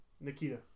Nikita